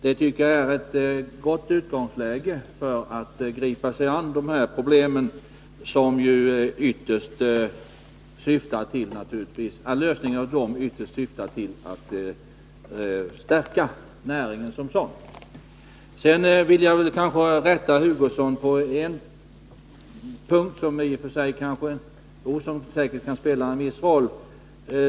Det tycker jag är ett gott utgångsläge för att söka nå lösningar av dessa problem som ytterst syftar till att stärka näringen som sådan. Sedan vill jag rätta Kurt Hugosson på en punkt, som i och för sig kanske kan spela en viss roll.